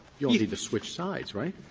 you'll need to switch sides, right?